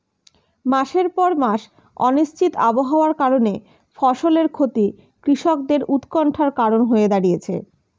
মাসের পর মাস অনিশ্চিত আবহাওয়ার কারণে ফসলের ক্ষতি কৃষকদের উৎকন্ঠার কারণ হয়ে দাঁড়িয়েছে